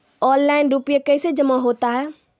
Online रुपये कैसे जमा होता हैं?